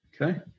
Okay